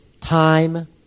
time